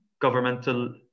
governmental